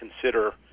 consider